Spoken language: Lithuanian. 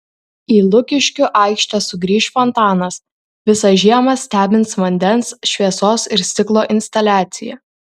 į lukiškių aikštę sugrįš fontanas visą žiemą stebins vandens šviesos ir stiklo instaliacija